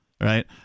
right